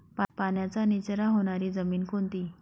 पाण्याचा निचरा होणारी जमीन कोणती?